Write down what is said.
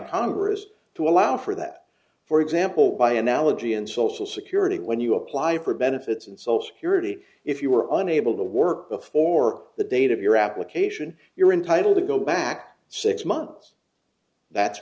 congress to allow for that for example by analogy in social security when you apply for benefits and social security if you were unable to work before the date of your application you're entitle to go back six months that's